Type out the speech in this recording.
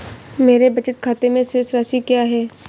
मेरे बचत खाते में शेष राशि क्या है?